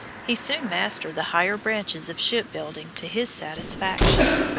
he soon mastered the higher branches of shipbuilding to his satisfaction.